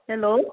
hello